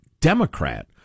Democrat